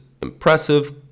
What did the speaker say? impressive